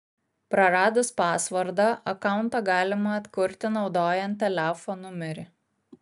praradus pasvordą akauntą galima atkurti naudojant telefo numerį